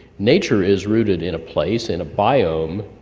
nature is rooted in a place in a biome,